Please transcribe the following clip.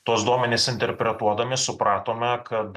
tuos duomenis interpretuodami supratome kad